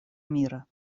мира